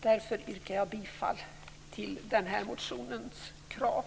Därför yrkar jag bifall till den här motionens krav.